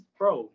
bro